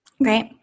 Great